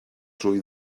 drwy